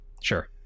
sure